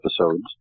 episodes